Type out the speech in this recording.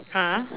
ah